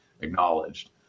acknowledged